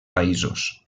països